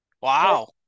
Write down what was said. Wow